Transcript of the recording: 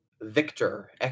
Victor